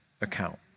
account